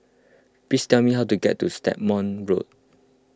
please tell me how to get to Stagmont Road